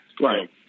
Right